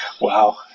Wow